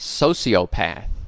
sociopath